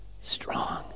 Strong